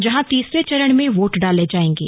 जहां तीसरे चरण में वोट डाले जाएंगे